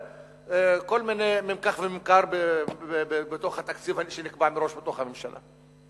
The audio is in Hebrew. כל מיני מיקח וממכר בתוך התקציב הזה שנקבע מראש בתוך הממשלה?